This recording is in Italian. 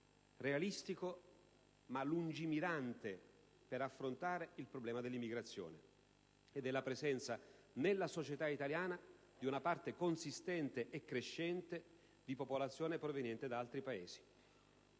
realistico, ma lungimirante per affrontare il problema dell'immigrazione e della presenza nella società italiana di una parte consistente e crescente di popolazione proveniente da altri Paesi.